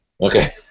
Okay